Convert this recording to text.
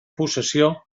possessió